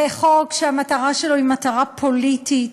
זה חוק שהמטרה שלו היא מטרה פוליטית.